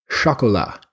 chocolate